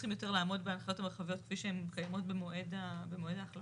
צריכים יותר לעמוד בהנחיות המרחביות כפי שהן מתקיימות במועד ההחלפה?